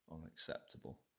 unacceptable